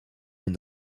une